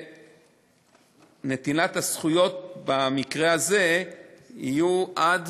נטילת הזכויות במקרה הזה תהיה עד